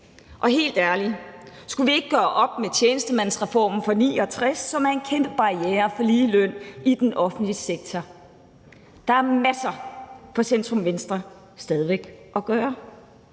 Og helt ærligt: Skulle vi ikke gøre op med tjenestemandsreformen fra 1969, som er en kæmpe barriere for ligeløn i den offentlige sektor? Der er stadig væk masser for centrum-venstre at gøre.